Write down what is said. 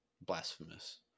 blasphemous